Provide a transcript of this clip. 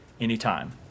anytime